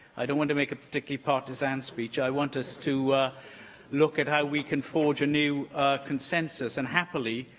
i don't want to make a particularly partisan speech. i want us to look at how we can forge a new consensus, and, happily,